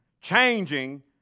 changing